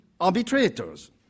arbitrators